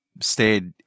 stayed